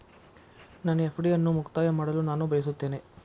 ನನ್ನ ಎಫ್.ಡಿ ಅನ್ನು ಮುಕ್ತಾಯ ಮಾಡಲು ನಾನು ಬಯಸುತ್ತೇನೆ